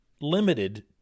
limited